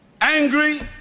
angry